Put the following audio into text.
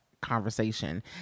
conversation